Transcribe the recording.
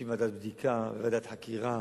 ומקימים ועדת בדיקה וועדת חקירה,